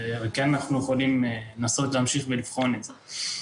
אבל כן אנחנו יכולים לנסות להמשיך ולבחון את זה.